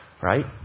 Right